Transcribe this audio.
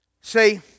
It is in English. See